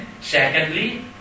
secondly